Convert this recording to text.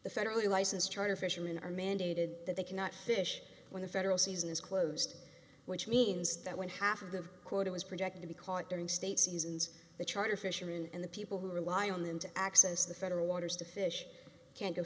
the federally licensed charter fishermen are mandated that they cannot fish when the federal season is closed which means that when half of the quota is projected to be caught during state seasons the charter fishermen and the people who rely on them to access the federal waters to fish can't go